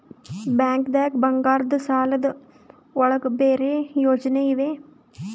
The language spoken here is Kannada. ಬ್ಯಾಂಕ್ದಾಗ ಬಂಗಾರದ್ ಸಾಲದ್ ಒಳಗ್ ಬೇರೆ ಯೋಜನೆ ಇವೆ?